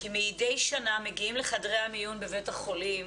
כמדי שנה מגיעים לחדרי המיון בבתי החולים